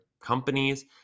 companies